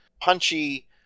punchy